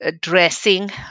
Dressing